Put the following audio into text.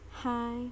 Hi